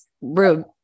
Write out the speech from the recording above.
Rude